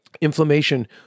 Inflammation